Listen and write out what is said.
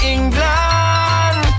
England